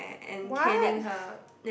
what